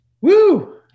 Woo